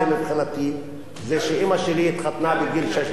מבחינתי זה שאמא שלי התחתנה בגיל 16,